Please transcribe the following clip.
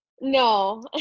No